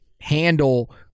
handle